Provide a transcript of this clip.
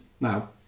now